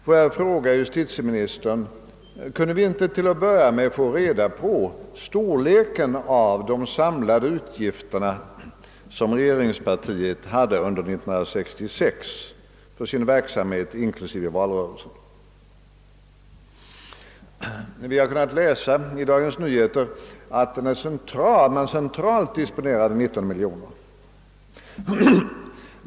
Får jag fråga justitieministern: Kunde vi inte till att börja med få reda på storleken av de samlade utgifter som regeringspartiet hade under 1966 för sin verksamhet inklusive valrörelsen? Vi har kunnat läsa i Dagens Nyheter att partiet centralt disponerade 19 miljoner kronor.